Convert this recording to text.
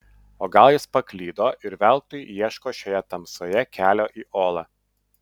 o gal jis paklydo ir veltui ieško šioje tamsoje kelio į olą